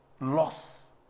loss